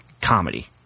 comedy